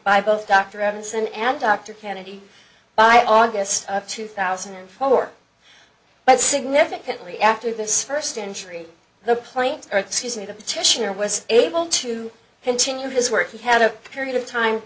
by both dr robinson and dr kennedy by august of two thousand and four but significantly after this first injury the planes or excuse me the petitioner was able to continue his work he had a period of time